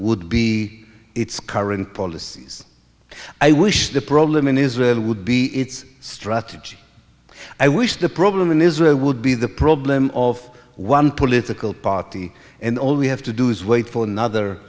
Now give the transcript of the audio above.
would be its current policies i wish the problem in israel would be its strategy i wish the problem in israel would be the problem of one political party and all we have to do is wait for another